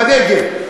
בנגב,